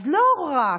אז לא רק